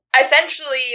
essentially